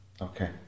Okay